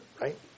right